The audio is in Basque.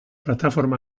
plataforma